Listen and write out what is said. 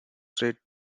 traded